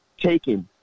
taken